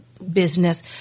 business